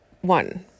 one